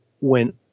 went